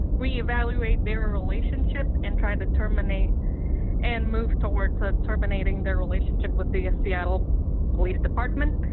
reevaluate their relationship and try to terminate and move toward terminating their relationship with the seattle police department.